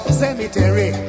cemetery